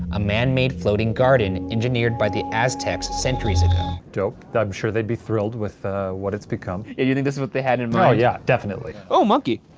a man made floating garden engineered by the aztecs centuries ago. i'm sure they'd be thrilled with what it's become. you think this is what they had in mind? oh yeah, definitely. oh, monkey!